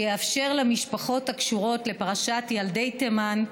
שיאפשר למשפחות הקשורות לפרשת ילדי תימן,